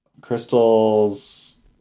crystals